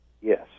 Yes